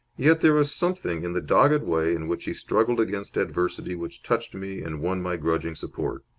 yet there was something in the dogged way in which he struggled against adversity which touched me and won my grudging support.